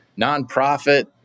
nonprofit